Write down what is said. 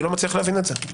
לא מצליח להבין את זה.